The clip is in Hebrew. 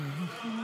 (שחרור מינהלי),